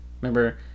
Remember